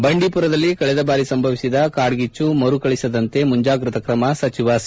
ಬಂಡೀಪುರದಲ್ಲಿ ಕಳೆದ ಬಾರಿ ಸಂಭವಿಸಿದ ಕಾಡ್ಗೀಚ್ಗು ಘಟನೆಗಳು ಮರುಕಳಿಸದಂತೆ ಮುಂಜಾಗ್ರತಾ ಕ್ರಮ ಸಚಿವ ಸಿ